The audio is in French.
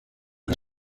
les